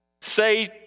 say